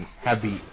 heavy